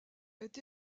été